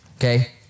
okay